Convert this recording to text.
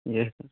yes sir